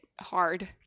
hard